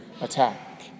attack